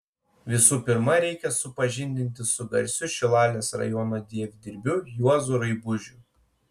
visų pirma reikia supažindinti su garsiu šilalės rajono dievdirbiu juozu raibužiu